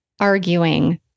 arguing